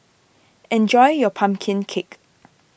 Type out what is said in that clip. enjoy your Pumpkin Cake